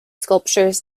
sculptures